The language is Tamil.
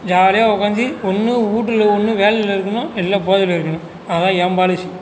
ஜாலியாக உட்காஞ்சி ஒன்று வீட்டுல ஒன்று வேலையில் இருக்கணும் இல்லை போதையில் இருக்கணும் அதுதான் என் பாலிசி